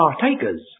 partakers